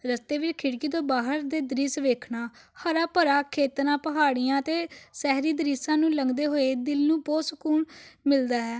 ਰਸਤੇ ਵਿੱਚ ਖਿੜਕੀ ਤੋਂ ਬਾਹਰ ਦੇ ਦ੍ਰਿਸ਼ ਵੇਖਣਾ ਹਰਾ ਭਰਾ ਖੇਤ ਨਾ ਪਹਾੜੀਆਂ ਅਤੇ ਸ਼ਹਿਰੀ ਦ੍ਰਿਸ਼ਾਂ ਨੂੰ ਲੰਘਦੇ ਹੋਏ ਦਿਲ ਨੂੰ ਬਹੁਤ ਸਕੂਨ ਮਿਲਦਾ ਹੈ